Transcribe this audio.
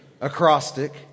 acrostic